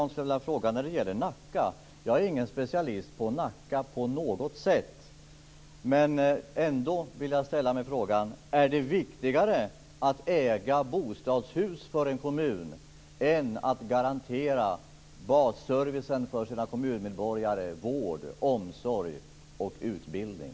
När det gäller Nacka är jag inte alls en specialist, men jag skulle ändå vilja ställa frågan: Är det viktigare för en kommun att äga bostadshus än att garantera basservicen för kommunmedborgarna, dvs. vård, omsorg och utbildning?